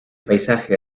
paisaje